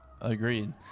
Agreed